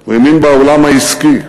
הוא האמין בעולם העסקי.